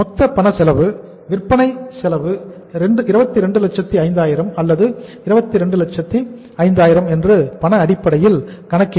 மொத்த பணச்செலவு விற்பனை செலவு 2205000 அல்லது2205000 என்று பண அடிப்படையில் கணக்கிட்டு